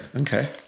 Okay